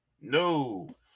no